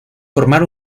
formar